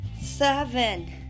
seven